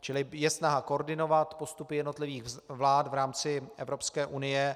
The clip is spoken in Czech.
Čili je snaha koordinovat postupy jednotlivých vlád v rámci Evropské unie.